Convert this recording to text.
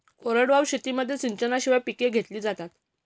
कोरडवाहू शेतीमध्ये सिंचनाशिवाय पिके घेतली जातात